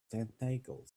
tentacles